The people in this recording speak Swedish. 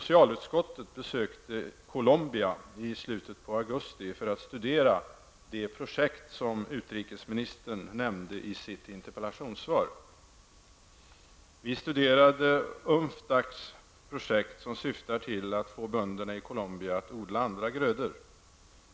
Colombia i slutet av augusti för att studera de projekt som utrikesministern nämnde i sitt interpellationssvar. Vi studerade UNFDACs projekt, som syftar till att få bönderna att odla andra grödor.